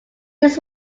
this